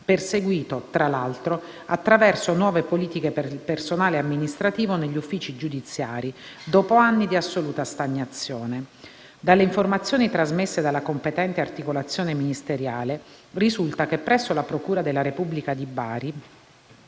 perseguito - tra l'altro - attraverso nuove politiche per il personale amministrativo negli uffici giudiziari, dopo anni di assoluta stagnazione. Dalle informazioni trasmesse dalla competente articolazione ministeriale, risulta che presso la procura della Repubblica di Bari